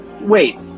Wait